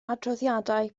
adroddiadau